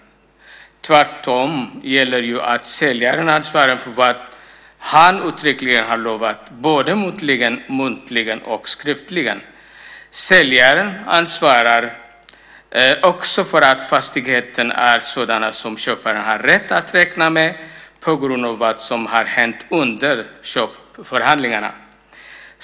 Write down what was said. Tvärtom gäller ju att säljaren ansvarar för vad han uttryckligen har lovat, både muntligen och skriftligen. Säljaren ansvarar också för att fastigheten är sådan som köparen har rätt att räkna med på grund av vad som har hänt under köpeförhandlingarna.